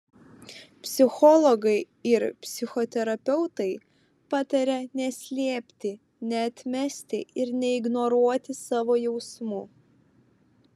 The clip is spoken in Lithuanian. psichologai ir psichoterapeutai pataria neslėpti neatmesti ir neignoruoti savo jausmų